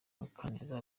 mukaneza